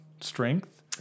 strength